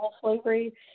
slavery